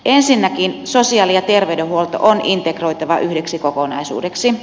ensinnäkin sosiaali ja terveydenhuolto on integroitava yhdeksi kokonaisuudeksi